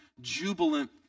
jubilant